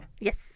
Yes